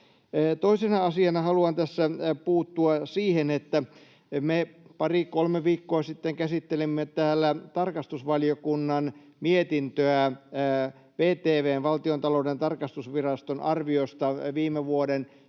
Toisena asiana haluan tässä puuttua siihen, että me pari kolme viikkoa sitten käsittelimme täällä tarkastusvaliokunnan mietintöä VTV:n, Valtiontalouden tarkastusviraston, arviosta valtion viime